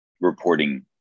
reporting